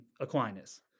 Aquinas